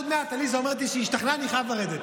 עוד מעט עליזה אומרת שהיא השתכנעה ואני חייב לרדת.